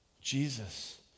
Jesus